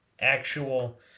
actual